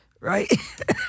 Right